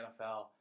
NFL